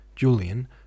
Julian